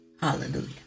Hallelujah